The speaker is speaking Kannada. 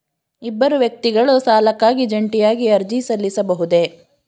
ಇಬ್ಬರು ವ್ಯಕ್ತಿಗಳು ಸಾಲಕ್ಕಾಗಿ ಜಂಟಿಯಾಗಿ ಅರ್ಜಿ ಸಲ್ಲಿಸಬಹುದೇ?